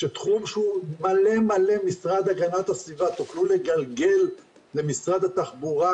שתחום שהוא מלא מלא המשרד להגנת הסביבה תוכלו לגלגל למשרד התחבורה,